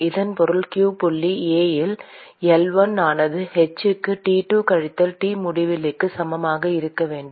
இதன் பொருள் q புள்ளி A இல் L1 ஆனது h க்கு T2 கழித்தல் T முடிவிலிக்கு சமமாக இருக்க வேண்டும்